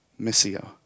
Missio